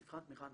מבחן תמיכה,